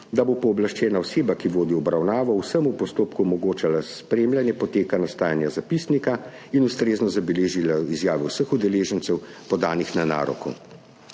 da bo pooblaščena oseba, ki vodi obravnavo, vsem v postopku omogočala spremljanje poteka nastajanja zapisnika in ustrezno zabeležila izjave vseh udeležencev, podanih na naroku.